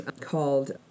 called